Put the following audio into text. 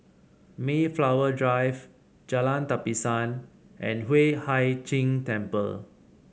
Mayflower Drive Jalan Tapisan and Hueh Hai Ching Temple